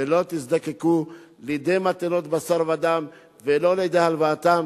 ולא תזדקקו לידי מתנות בשר ודם ולא לידי הלוואתם,